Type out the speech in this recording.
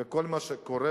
וכל מה שקורה,